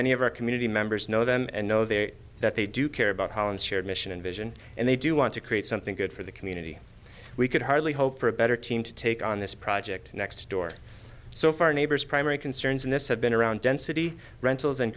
many of our community members know them and know they that they do care about holland's share mission and vision and they do want to create something good for the community we could hardly hope for a better team to take on this project next door so far neighbors primary concerns in this have been around density rentals and